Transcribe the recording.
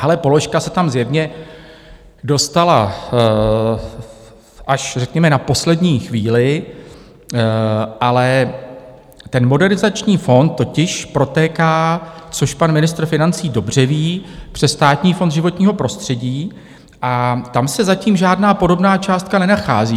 Tahle položka se tam zjevně dostala až řekněme na poslední chvíli, ale Modernizační fond totiž protéká, což pan ministr financí dobře ví, přes Státní fond životního prostředí, a tam se zatím žádná podobná částka nenachází.